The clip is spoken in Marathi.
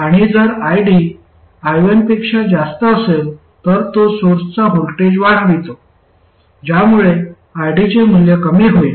आणि जर ID I1पेक्षा जास्त असेल तर तो सोर्सचा व्होल्टेज वाढवितो ज्यामुळे ID चे मूल्य कमी होईल